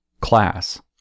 class